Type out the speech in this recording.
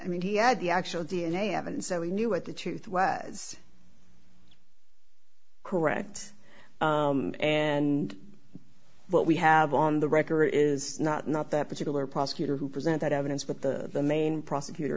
i mean he had the actual d n a evidence so he knew what the truth was correct and what we have on the record is not not that particular prosecutor who present that evidence but the main prosecutor